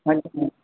ଆଜ୍ଞା